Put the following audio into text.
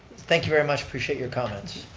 thank you very much, appreciate your comments.